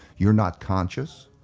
you're not conscious,